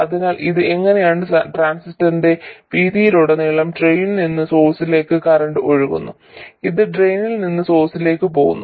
അതിനാൽ ഇത് ഇങ്ങനെയാണ് ട്രാൻസിസ്റ്ററിന്റെ വീതിയിലുടനീളം ഡ്രെയിനിൽ നിന്ന് സോഴ്സിലേക്ക് കറന്റ് ഒഴുകുന്നു അത് ഡ്രെയിനിൽ നിന്ന് സോഴ്സിലേക്ക് പോകുന്നു